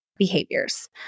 behaviors